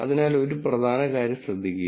അതിനാൽ ഒരു പ്രധാന കാര്യം ശ്രദ്ധിക്കുക